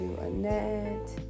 Annette